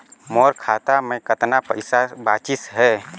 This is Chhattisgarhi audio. मोर खाता मे कतना पइसा बाचिस हे?